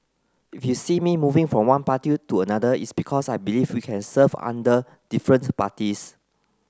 if you see me moving from one party to another it's because I believe we can serve under different parties